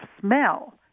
smell